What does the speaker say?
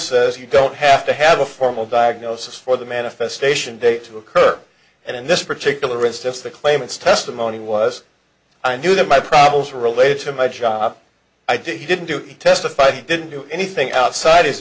says you don't have to have a formal diagnosis for the manifestation day to occur and in this particular instance the claimant's testimony was i knew that my problems were related to my job i didn't do it he testified he didn't do anything outside his